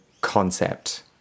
concept